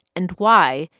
and why,